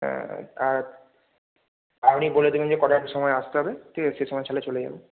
হ্যাঁ আর আপনি বলে দেবেন যে কটার সময় আসতে হবে ঠিক আছে সেই সময় তাহলে চলে যাব